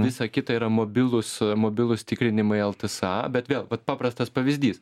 visa kita yra mobilūs mobilūs tikrinimai ltsa bet vėl paprastas pavyzdys